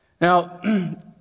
Now